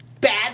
bad